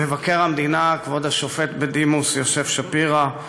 מבקר המדינה כבוד השופט בדימוס יוסף שפירא,